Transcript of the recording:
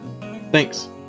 Thanks